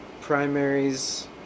primaries